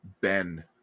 Ben